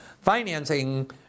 financing